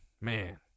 man